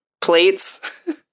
plates